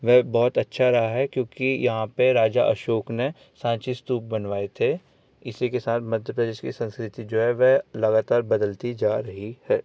वह बहुत अच्छा रहा है क्योंकि यहाँ पर राजा अशोक ने साँची स्तूप बनवाए थे इसी के साथ मध्य प्रदेश की संस्कृति जो है वह लगातार बदलती जा रही है